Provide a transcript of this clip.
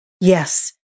Yes